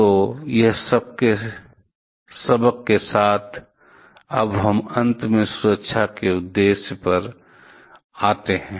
तो यह सब सबक के साथ अब हम अंत में सुरक्षा के उद्देश्य पर आते हैं